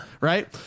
right